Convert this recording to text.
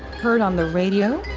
heard on the radio?